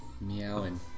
meowing